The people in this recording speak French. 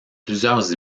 plusieurs